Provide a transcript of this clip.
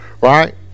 Right